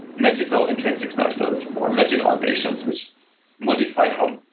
magical intrinsic methods or magical annotations, which modify how